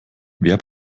wer